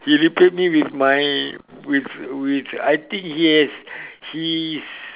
he return me with my with with I think he has he's